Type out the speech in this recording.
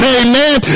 amen